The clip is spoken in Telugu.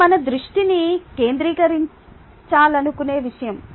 ఇది మన దృష్టిని కేంద్రీకరించాలనుకునే విషయం